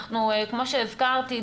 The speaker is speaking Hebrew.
כמו שהזכרתי,